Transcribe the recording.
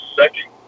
second